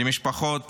למשפחות